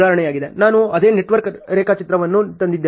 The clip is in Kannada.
ನಾನು ಅದೇ ನೆಟ್ವರ್ಕ್ ರೇಖಾಚಿತ್ರವನ್ನೂ ತಂದಿದ್ದೇನೆ